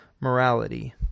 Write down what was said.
Morality